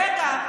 רגע,